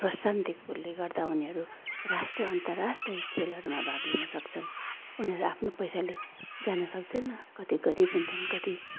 प्रोत्साहन दिएकोले गर्दा हुनीहरू राष्ट्रिय अन्तराष्ट्रिय खेलहरूमा भाग लिन सक्छन् उनीहरू आफ्नो पैसाले जान सक्दैन कति गरीब हुन्छन् कति